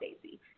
Stacy